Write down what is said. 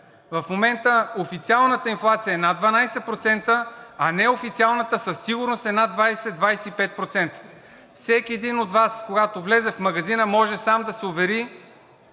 В момента официалната инфлация е над 12%, а неофициалната със сигурност е над 20 – 25%. Всеки един от Вас, когато влезе в магазина, може сам да се увери,